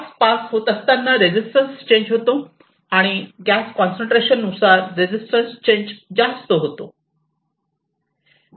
gas pass होत असताना resistance change होतो आणि गॅस कॉन्सन्ट्रेशन नुसार रेजिस्टन्स चेंज जास्त होतो